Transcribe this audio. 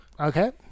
okay